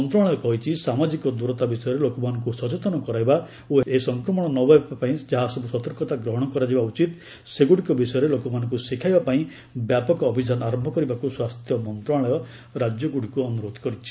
ମନ୍ତ୍ରଶାଳୟ କହିଛି ସାମାଜିକ ଦୂରତା ବିଷୟରେ ଲୋକମାନଙ୍କୁ ସଚେତନ କରାଇବା ଓ ସଂକ୍ରମଣ ନ ବ୍ୟାପିବା ପାଇଁ ଯାହାସବୁ ସତର୍କତା ଗ୍ରହଣ କରାଯିବା ଉଚିତ୍ ସେଗୁଡ଼ିକ ବିଷୟରେ ଲୋକମାନଙ୍କୁ ଶିଖାଇବା ପାଇଁ ବ୍ୟାପକ ଅଭିଯାନ ଆରମ୍ଭ କରିବାକୁ ସ୍ୱାସ୍ଥ୍ୟ ମନ୍ତ୍ରଣାଳୟ ରାଜ୍ୟଗୁଡ଼ିକୁ ଅନୁରୋଧ କରିଛି